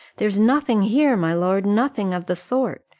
there's nothing here, my lord, nothing of the sort,